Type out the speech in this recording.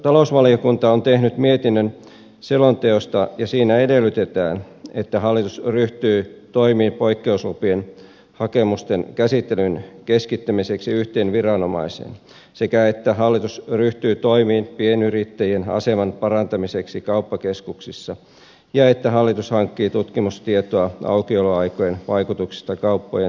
talousvaliokunta on tehnyt mietinnön selonteosta ja siinä edellytetään että hallitus ryhtyy toimiin poikkeuslupien hakemusten käsittelyn keskittämiseksi yhteen viranomaiseen sekä että hallitus ryhtyy toimiin pienyrittäjien aseman parantamiseksi kauppakeskuksissa ja että hallitus hankkii tutkimustietoa aukioloaikojen vaikutuksista kauppojen henkilöstön turvallisuuteen